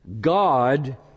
God